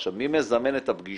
עכשיו, מי מזמן את הפגישה?